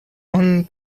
one